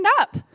up